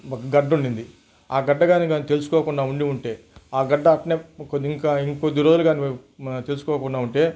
ఒక గడ్డ ఉండింది ఆ గడ్డ కానీ తెలుసుకోకుండా ఉండి ఉంటే ఆ గడ్డ అట్లే కొద్ది ఇంకా ఇంకొద్ది రోజులు గానీ తెలుసుకోకుండా ఉంటే